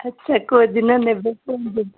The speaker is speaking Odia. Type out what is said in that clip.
ଆଚ୍ଛା କୋଉ ଦିନ ନେବେ କୁହନ୍ତୁ